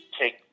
take